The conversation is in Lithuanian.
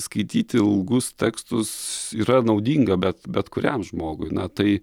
skaityti ilgus tekstus yra naudinga bet bet kuriam žmogui na tai